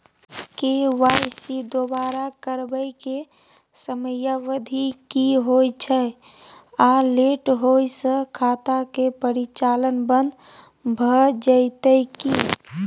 KYC दोबारा करबै के समयावधि की होय छै आ लेट होय स खाता के परिचालन बन्द भ जेतै की?